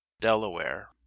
delaware